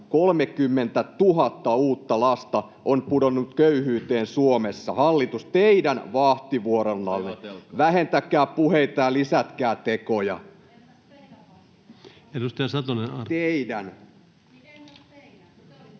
30 000 uutta lasta on pudonnut köyhyyteen Suomessa, hallitus, teidän vahtivuorollanne. Vähentäkää puheita ja lisätkää tekoja. [Pia Lohikoski: Entäs teidän